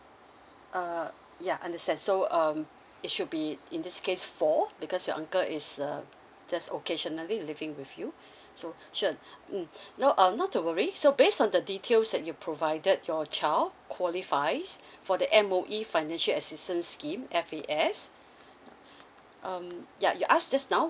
uh yeah understand so um it should be in this case four because your uncle is um just occasionally living with you so sure mm not um not to worry so based on the details that you provided your child qualifies for the M_O_E financial assistance scheme F_A_S um yeah you ask just now